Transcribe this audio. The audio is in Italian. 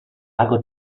lago